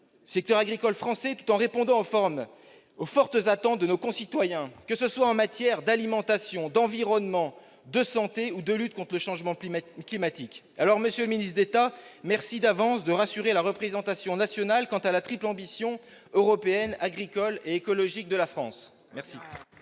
secteur agricole français, tout en répondant aux fortes attentes de nos concitoyens, que ce soit en matière d'alimentation, d'environnement, de santé ou de lutte contre le changement climatique ! Monsieur le ministre d'État, merci d'avance de rassurer la représentation nationale quant à la triple ambition européenne, agricole et écologique de la France